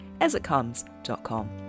asitcomes.com